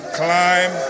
climb